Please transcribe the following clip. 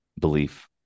belief